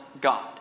God